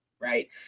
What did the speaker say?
right